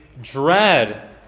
Dread